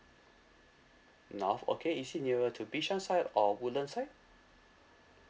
north okay is it nearer to bishan side or woodland side